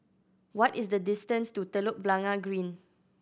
what is the distance to Telok Blangah Green